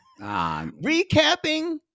recapping